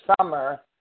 summer